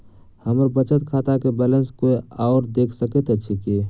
हम्मर बचत खाता केँ बैलेंस कोय आओर देख सकैत अछि की